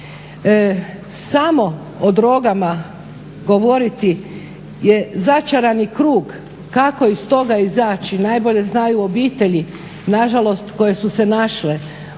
Samo o drogama govoriti je začarani krug, kako iz toga izaći, najbolje znaju obitelji, nažalost koje su se našle